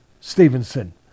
Stevenson